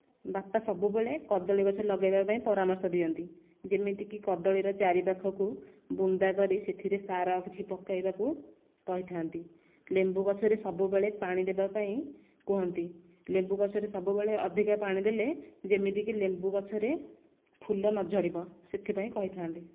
ବାପା ସବୁବେଳେ କଦଳୀ ଗଛ ଲଗେଇବା ପାଇଁ ପରାମର୍ଶ ଦିଅନ୍ତି ଯେମିତିକି କଦଳୀର ଚାରି ପାଖକୁ ବୁନ୍ଦା କରି ସେଥିରେ ସାର କିଛି ପକାଇବାକୁ କହିଥାନ୍ତି ଲେମ୍ବୁ ଗଛରେ ସବୁବେଳେ ପାଣି ଦେବା ପାଇଁ କୁହନ୍ତି ଲେମ୍ବୁ ଗଛରେ ସବୁବେଳେ ଅଧିକା ପାଣି ଦେଲେ ଯେମିତିକି ଲେମ୍ବୁ ଗଛରେ ଫୁଲ ନ ଝଡ଼ିବ ସେଥିପାଇଁ କହିଥାନ୍ତି